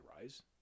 rise